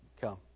Come